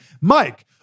Mike